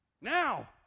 Now